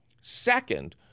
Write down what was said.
Second